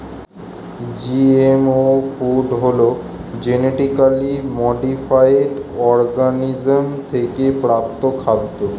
GMO food হলো genetically modified organism থেকে প্রাপ্ত খাদ্য